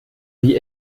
wie